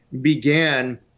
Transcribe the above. began